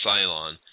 Cylon